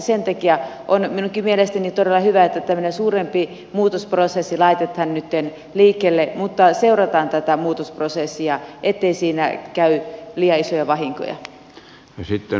sen takia on minunkin mielestäni todella hyvä että tämmöinen suurempi muutosprosessi laitetaan nyt liikkeelle mutta seurataan tätä muutosprosessia ettei siinä käy liian isoja vahinkoja